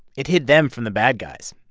it hid them from the bad guys,